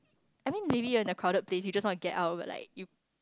I mean maybe in a crowded place you just want to get out of like you